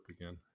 again